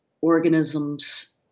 organisms